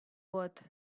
worth